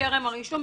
בטרם הרישום,